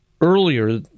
earlier